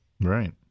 Right